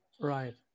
right